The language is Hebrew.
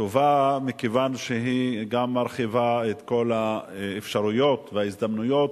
והיא טובה מכיוון שהיא גם מרחיבה את כל האפשרויות וההזדמנויות,